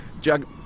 Jug